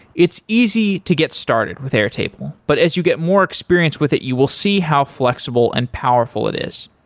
it's easy to get started with airtable, but as you get more experienced with it, you will see how flexible and powerful it is.